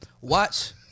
watch